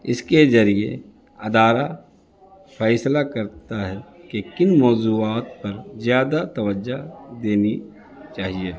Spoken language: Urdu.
اس کے ذریعے ادارہ فیصلہ کرتا ہے کہ کن موضوعات پر زیادہ توجہ دینی چاہیے